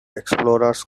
explorers